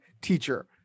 teacher